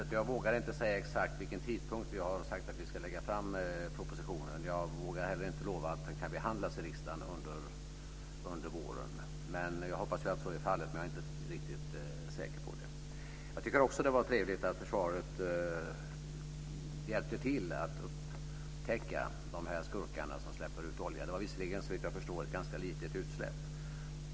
Fru talman! Den lagstiftningen ligger på Näringsdepartementet. Jag vågar inte säga exakt vid vilken tidpunkt propositionen ska läggas fram. Jag vågar inte heller lova att den ska behandlas i riksdagen under våren. Jag hoppas att så är fallet, men jag är inte riktigt säker på det. Jag tycker också att det var trevligt att försvaret hjälpte till att upptäcka skurkarna som släpper ut olja. Det var visserligen ett ganska litet utsläpp.